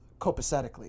copacetically